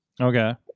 Okay